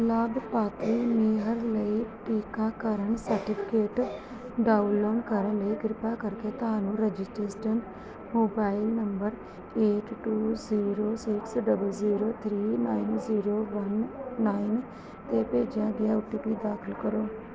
ਲਾਭਪਾਤਰੀ ਮੇਹਰ ਲਈ ਟੀਕਾਕਰਨ ਸਰਟੀਫਿਕੇਟ ਡਾਊਨਲੋਡ ਕਰਨ ਲਈ ਕਿਰਪਾ ਕਰਕੇ ਤੁਹਾਨੂੰ registered mobile number eight two zero six double zero three nine zero one nine 'ਤੇ ਭੇਜਿਆ ਗਿਆ ਓ ਟੀ ਪੀ ਦਾਖਲ ਕਰੋ